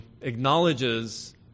acknowledges